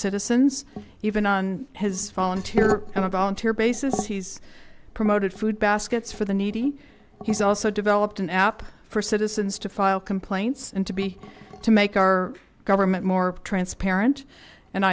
citizens even on his volunteer and a volunteer basis he's promoted food baskets for the needy he's also developed an app for citizens to file complaints and to be to make our government more transparent and